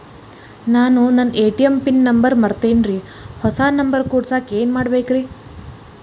ನಾನು ನನ್ನ ATM pin number ಮರ್ತೇನ್ರಿ, ಹೊಸಾ ನಂಬರ್ ಕುಡಸಾಕ್ ಏನ್ ಮಾಡ್ಬೇಕ್ರಿ?